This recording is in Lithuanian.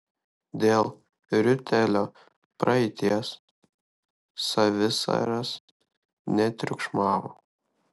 dėl riuitelio praeities savisaras netriukšmavo